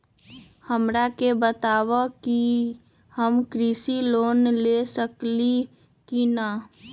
हमरा के बताव कि हम कृषि लोन ले सकेली की न?